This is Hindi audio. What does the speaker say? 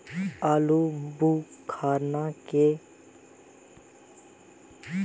आलूबुखारा में कौन से पोषक तत्व पाए जाते हैं?